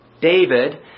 David